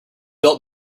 built